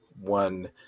one